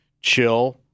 chill